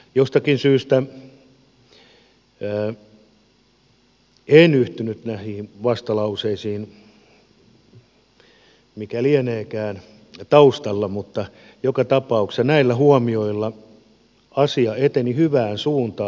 jostakin syystä en yhtynyt näihin vastalauseisiin mikä lieneekään taustalla mutta joka tapauksessa näillä huomioilla asia eteni hyvään suuntaan